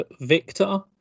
Victor